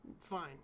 fine